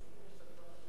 שכל בעל תפקיד